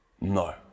No